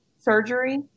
surgery